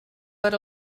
per